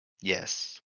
Yes